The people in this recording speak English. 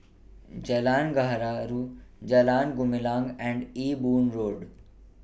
Jalan Gaharu Jalan Gumilang and Ewe Boon Road